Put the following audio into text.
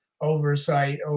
oversight